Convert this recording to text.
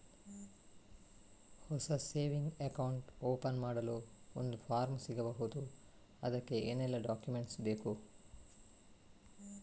ಹೊಸ saving account open ಮಾಡಲು ಒಂದು ಫಾರ್ಮ್ ಸಿಗಬಹುದು? ಅದಕ್ಕೆ ಏನೆಲ್ಲಾ ಡಾಕ್ಯುಮೆಂಟ್ಸ್ ಬೇಕು?